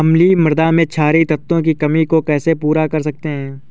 अम्लीय मृदा में क्षारीए तत्वों की कमी को कैसे पूरा कर सकते हैं?